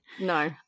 No